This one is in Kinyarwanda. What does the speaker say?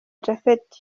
japhet